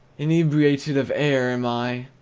inebriate of air am i,